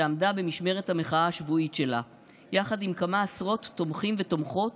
שעמדה במשמרת המחאה השבועית שלה יחד עם כמה עשרות תומכים ותומכות,